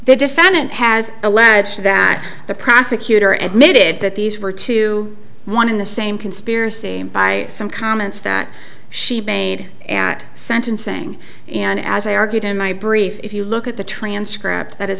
the defendant has alleged that the prosecutor at mit it that these were two one in the same conspiracy by some comments that she bade and at sentencing and as i argued in my brief if you look at the transcript that is